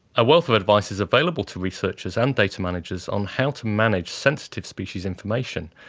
a wealth of advice is available to researchers and data managers on how to manage sensitive species information,